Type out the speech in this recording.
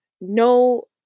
no